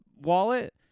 wallet